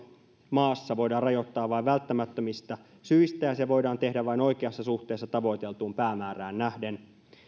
maassa voidaan rajoittaa vain välttämättömistä syistä ja se voidaan tehdä vain oikeassa suhteessa tavoiteltuun päämäärään nähden